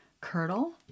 Curdle